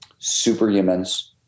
superhumans